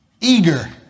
Eager